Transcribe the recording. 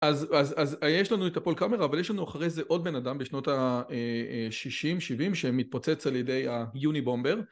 אז יש לנו את הפול קאמר אבל יש לנו אחרי זה עוד בן אדם בשנות השישים שבעים שמתפוצץ על ידי היוני בומבר